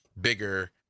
bigger